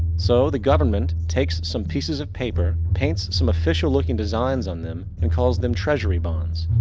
so the government takes some pieces of paper, paints some official looking designs on them and calls them treasury bonds.